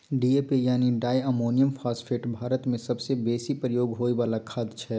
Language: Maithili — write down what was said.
डी.ए.पी यानी डाइ अमोनियम फास्फेट भारतमे सबसँ बेसी प्रयोग होइ बला खाद छै